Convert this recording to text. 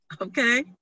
okay